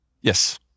Yes